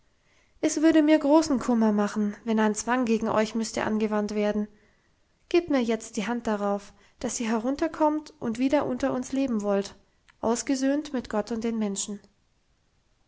es würde mir großen kummer machen wenn ein zwang gegen euch müsste angewandt werden gebt mir jetzt die hand darauf dass ihr herunterkommt und wieder unter uns leben wollt ausgesöhnt mit gott und den menschen